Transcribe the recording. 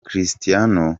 cristiano